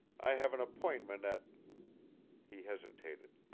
i have an appointment at he hesitated.